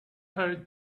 her